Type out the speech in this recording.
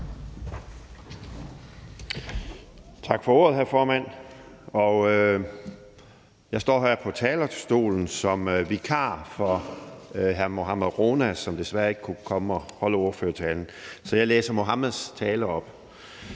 Tak for ordet, hr. formand, og jeg står her på talerstolen som vikar for hr. Mohammad Rona, som desværre ikke kunne komme og holde ordførertalen, så jeg læser Mohammad Ronas tale op.